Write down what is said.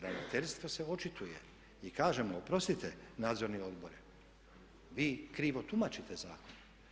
Ravnateljstvo se očituje i kažemo oprostite nadzorni odbore vi krivo tumačite zakon.